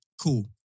cool